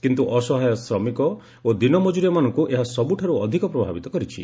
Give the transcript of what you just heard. କିନ୍ତୁ ଅସହାୟ ଶ୍ରମିକ ଓ ଦିନମଜୁରିଆମାନଙ୍କୁ ଏହା ସବୁଠାରୁ ଅଧିକ ପ୍ରଭାବିତ କରିଛି